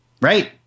Right